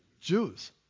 Jews